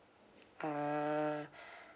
uh